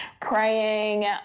praying